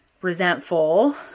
resentful